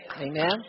Amen